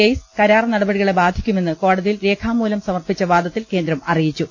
case കരാർ നടപടികളെ ബാധിക്കുമെന്നും കോടതിയിൽ രേഖാമൂലം സമർപ്പിച്ച വാദത്തിൽ കേന്ദ്രം അറിയിച്ചു